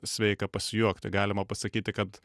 sveika pasijuokti galima pasakyti kad